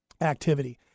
activity